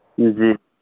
जी